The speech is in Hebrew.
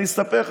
אני אספר לך,